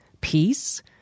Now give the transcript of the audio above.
Peace